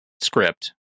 script